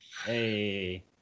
Hey